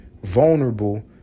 Vulnerable